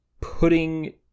putting